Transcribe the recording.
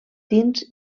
tints